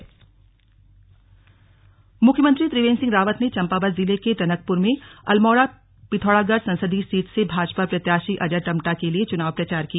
slug चुनाव प्रचार मुख्यमंत्री त्रिवेंन्द्र सिंह रावत ने चम्पावत जिले के टनकप्र में अल्मोड़ा पिथौरागढ़ संसदीय सीट से भाजपा प्रत्याशी अजय टम्टा के लिए चुनाव प्रचार किया